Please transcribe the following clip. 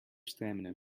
stamina